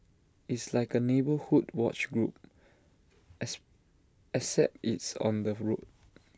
it's like A neighbourhood watch group except it's on the road